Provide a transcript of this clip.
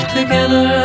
Together